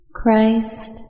Christ